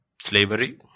slavery